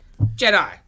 Jedi